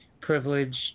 privileged